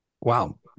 wow